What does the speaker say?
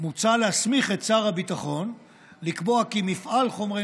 מוצע להסמיך את שר הביטחון לקבוע כי מפעל חומרי